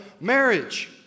marriage